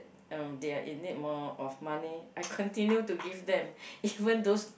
um they are in need more of money I continue to give them even those